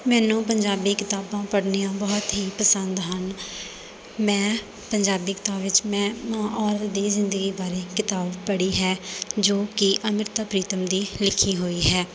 ਮੈਨੂੰ ਪੰਜਾਬੀ ਕਿਤਾਬਾਂ ਪੜ੍ਹਨੀਆਂ ਬਹੁਤ ਹੀ ਪਸੰਦ ਹਨ ਮੈਂ ਪੰਜਾਬੀ ਕਿਤਾਬ ਵਿੱਚ ਮੈਂ ਔਰਤ ਦੀ ਜ਼ਿੰਦਗੀ ਬਾਰੇ ਕਿਤਾਬ ਪੜ੍ਹੀ ਹੈ ਜੋ ਕਿ ਅੰਮ੍ਰਿਤਾ ਪ੍ਰੀਤਮ ਦੀ ਲਿਖੀ ਹੋਈ ਹੈ